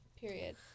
period